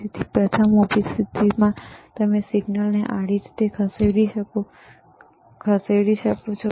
તેથી ઊભી સ્થિતિમાં તમે સિગ્નલને આડી રીતે ખસેડી શકો છો